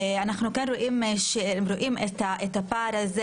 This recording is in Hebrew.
אנחנו רואים כאן את הפער הזה.